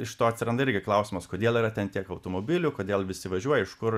iš to atsiranda irgi klausimas kodėl yra ten tiek automobilių kodėl visi važiuoja iš kur